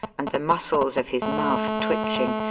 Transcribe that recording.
and the muscles of his mouth twitching.